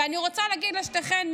ואני רוצה להגיד לשתיכן,